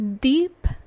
deep